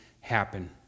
happen